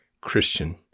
Christian